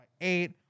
eight